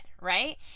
Right